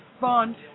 Bond